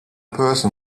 person